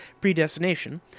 predestination